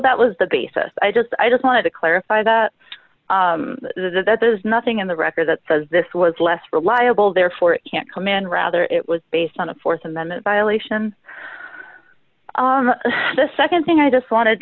that was the basis i just i just wanted to clarify that that there's nothing in the record that says this was less reliable therefore it can't come in rather it was based on a th amendment violation the nd thing i just wanted